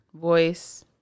voice